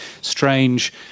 strange